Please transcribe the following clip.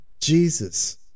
Jesus